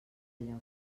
lloca